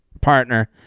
partner